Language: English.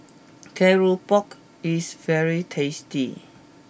Keropok is very tasty